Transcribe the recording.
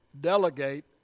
Delegate